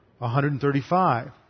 135